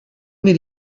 mir